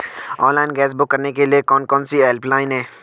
Online gas book करने के लिए कौन कौनसी हेल्पलाइन हैं?